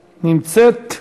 נמצאת.